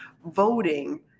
voting